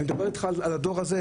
אני מדבר אתך על הדור הזה,